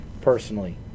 Personally